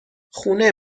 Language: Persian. خونه